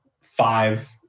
five